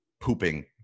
pooping